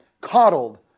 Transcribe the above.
coddled